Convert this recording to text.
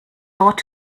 ought